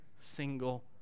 single